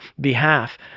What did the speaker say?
behalf